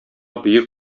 бөек